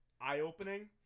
eye-opening